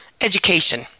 education